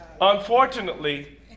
Unfortunately